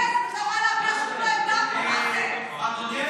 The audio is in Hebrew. לוועדת הכספים נתקבלה.